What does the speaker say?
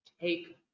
Take